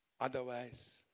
Otherwise